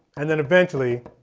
and then eventually